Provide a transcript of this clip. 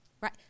right